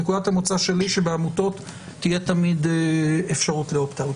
נקודת המוצא שלי היא שבעמותות תהיה תמיד אפשרות ל-opt out.